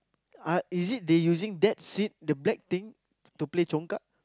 uh is it they using that seed the black thing to play congkak